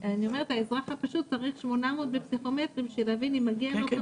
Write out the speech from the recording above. האזרח הפשוט צריך 800 בפסיכומטרי כדי להבין אם מגיע לו.